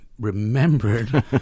remembered